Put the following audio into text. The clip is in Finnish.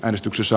äänestyksessä